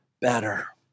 better